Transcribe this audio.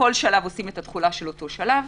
בכל שלב עושים את התכולה של אותו שלב,